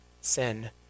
sin